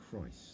Christ